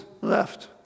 left